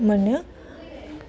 मोनो